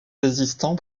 résistant